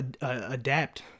adapt